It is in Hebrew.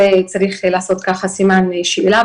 זה צריך לעשות ככה סימן שאלה,